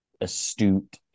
astute